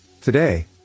today